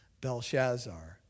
Belshazzar